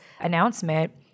announcement